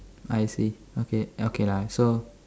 I see okay okay I so